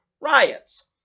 riots